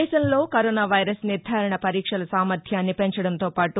దేశంలో corona virus నిర్థారణ పరీక్షల సామర్థ్యాన్ని పెంచడంతో పాటు